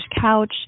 couch